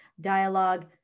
Dialogue